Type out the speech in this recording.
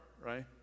right